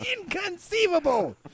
Inconceivable